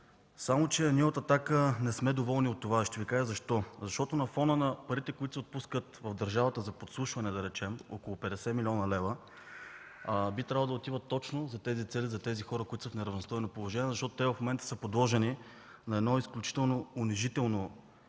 само че от „Атака” не сме доволни от това и ще Ви кажа защо. Защото на фона на парите, които се отпускат в държавата за подслушване да речем – около 50 млн. лв., би трябвало да отиват точно за тези цели, за тези хора, които са в неравностойно положение, защото в момента те са подложени на изключително унизително